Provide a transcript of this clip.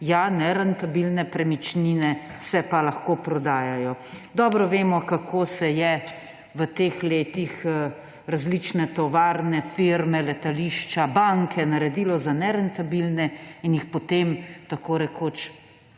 ja, nerentabilne premičnine se pa lahko prodajajo. Dobro vemo, kako se je v teh letih različne tovarne, firme, letališča, banke naredilo za nerentabilne in jih potem tako rekoč